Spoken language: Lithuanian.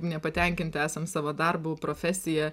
nepatenkinti esam savo darbu profesija